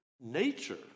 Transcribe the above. nature